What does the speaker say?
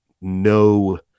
no